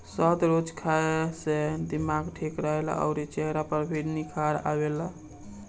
शहद रोज खाए से दिमाग ठीक रहेला अउरी चेहरा पर भी निखार आवेला